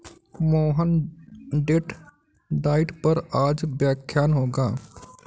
Mohan date diet पर आज व्याख्यान होगा